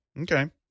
Okay